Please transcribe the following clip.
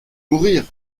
mourir